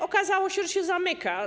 Okazało się, że się zamyka.